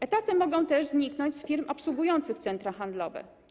Etaty mogą też zniknąć z firm obsługujących centra handlowe.